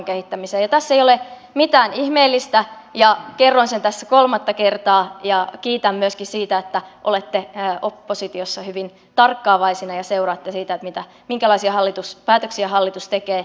tässä ei ole mitään ihmeellistä ja kerroin sen tässä kolmatta kertaa ja kiitän myöskin siitä että olette oppositiossa hyvin tarkkaavaisina ja seuraatte sitä minkälaisia päätöksiä hallitus tekee